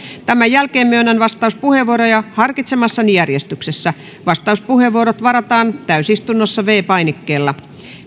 tämän jälkeen myönnän vastauspuheenvuoroja harkitsemassani järjestyksessä vastauspuheenvuorot varataan täysistunnossa viidennellä painikkeella